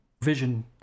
vision